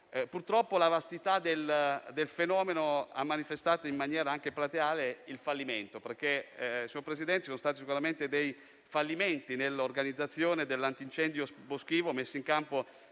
Purtroppo la vastità del fenomeno ha manifestato, in maniera anche plateale, il fallimento. Ci sono stati infatti, signor Presidente, sicuramente dei fallimenti nell'organizzazione dell'Antincendio boschivo messo in campo